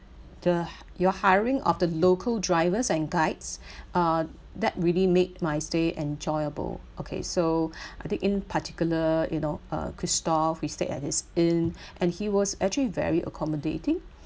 the h~ your hiring of the local drivers and guides uh that really made my stay enjoyable okay so I think in particular you know uh christophe we stay at his inn and he was actually very accommodating